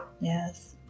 Yes